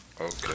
Okay